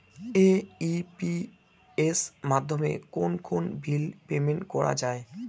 AEPS মাধ্যমে কোন কোন বিল পেমেন্ট করা যায়?